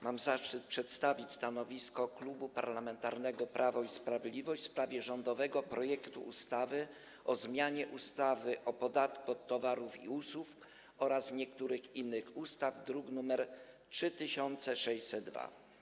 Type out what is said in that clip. Mam zaszczyt przedstawić stanowisko Klubu Parlamentarnego Prawo i Sprawiedliwość w sprawie rządowego projektu ustawy o zmianie ustawy o podatku od towarów i usług oraz niektórych innych ustaw, druk nr 3602.